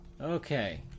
Okay